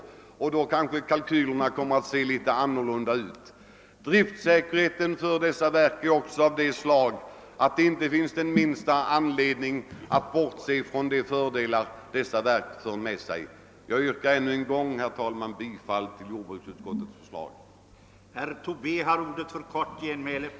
Mot den bakgrunden blir också kalkylerna litet annorlunda. Driftsäkerheten för vattenkraftverk är sådan att det inte finns den minsta anledning att underskatta de fördelar som vattenkraftverken har. Herr talman! Jag yrkar ännu en gång bifall till utskottets hemställan.